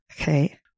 Okay